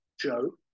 Joe